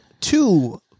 two